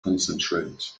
concentrate